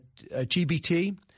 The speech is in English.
GBT